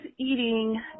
eating